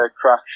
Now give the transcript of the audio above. Crash